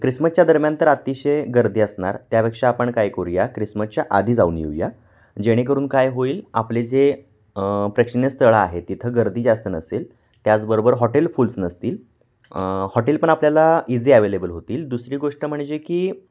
क्रिसमसच्या दरम्यान तर अतिशय गर्दी असणार त्यापेक्षा आपण काय करूया क्रिसमसच्या आधी जाऊन येऊया जेणेकरून काय होईल आपले जे प्रेक्षणीय स्थळं आहे तिथं गर्दी जास्त नसेल त्याचबरोबर हॉटेल फुल्स नसतील हॉटेल पण आपल्याला इझी ॲवेलेबल होतील दुसरी गोष्ट म्हणजे की